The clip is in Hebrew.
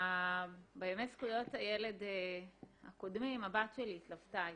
בימי זכויות הילד הקודמים הבת שלי התלוותה איתי,